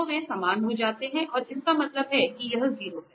तो वे समान हो जाते हैं और इसका मतलब है कि यह 0 है